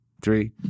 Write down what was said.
three